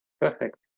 Perfect